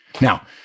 Now